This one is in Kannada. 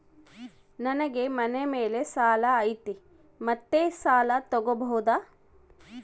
ನನಗೆ ಮನೆ ಮೇಲೆ ಸಾಲ ಐತಿ ಮತ್ತೆ ಸಾಲ ತಗಬೋದ?